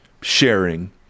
sharing